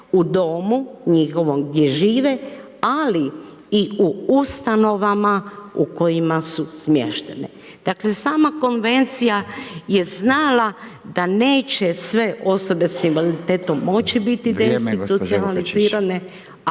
u domu njihovom gdje žive, ali i u ustanovama u kojima su smještene. Dakle sama konvencija je znala da neće sve osobe s invaliditetom moći biti deinstitucionalizirane, a